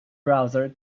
browser